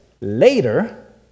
later